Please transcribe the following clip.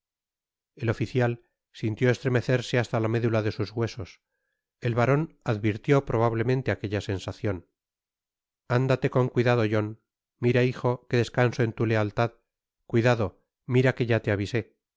el oficial sintió estremecerse hasta la médula de sus huesos e baron advirtió probablemente aquella sensacion ándate con cuidado john mira hijo que descanso en tu lealtad cuidado mira que ya te avisé